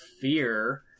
fear